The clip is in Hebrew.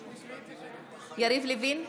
להלן תוצאות ההצבעה: